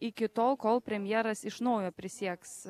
iki tol kol premjeras iš naujo prisieks